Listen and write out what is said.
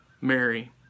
Mary